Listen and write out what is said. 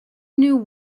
knew